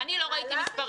אני לא ראיתי מספרים.